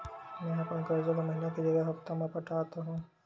मेंहा अपन कर्जा ला महीना के जगह हप्ता मा पटात हव